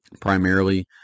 primarily